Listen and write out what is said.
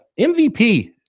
MVP